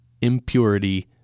Impurity